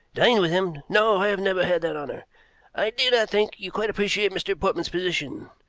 dine with him? no, i have never had that honor i do not think you quite appreciate mr. portman's position.